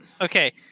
okay